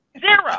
Zero